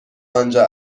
آنجا